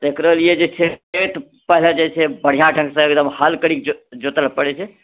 तऽ एकरो लिए जे छै पहिले जे छै बढ़िआँ ढंगसँ एकदम हल करिके जोतए पड़ै छै